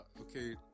okay